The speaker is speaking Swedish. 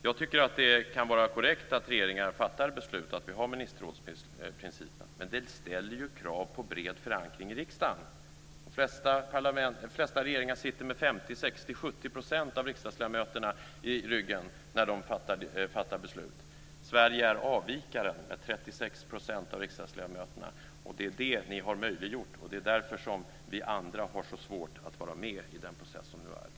Jag tycker att det kan vara korrekt att regeringar fattar beslut och att vi har ministerrådsprincipen. Men det ställer krav på bred förankring i riksdagen! De flesta regeringar sitter med 50, 60 och 70 % av riksdagsledamöterna i ryggen när de fattar beslut. Sverige är avvikaren, med 36 % av rikdagsledamöterna. Det är det som ni har möjliggjort, och det är därför vi andra har så svårt att vara med i den process som nu pågår.